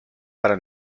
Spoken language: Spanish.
para